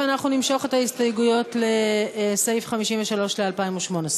ואנחנו נמשוך את ההסתייגויות לסעיף 53 ל-2018.